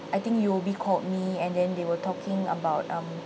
I think U_O_B called me and then they were talking about um